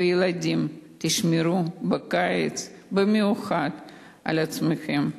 וילדים, תשמרו בקיץ במיוחד על עצמכם.